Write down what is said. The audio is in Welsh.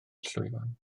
llwyfan